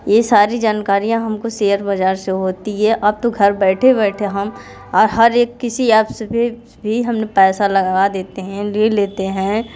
ये सारी जानकारियाँ हमको शेयर बाज़ार से होती हैं अब तो घर बैठे बैठे हम हर एक किसी एप से भी हम पैसा लगा देते हैं ले लेते हैं